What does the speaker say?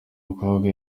bakobwa